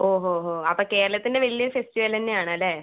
ഓ ഹോ ഹോ അപ്പം കേരളത്തിൻ്റ വലിയ ഫെസ്റ്റിവൽ തന്നെ ആണല്ലെ